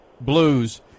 Blues